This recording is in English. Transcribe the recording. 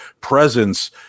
presence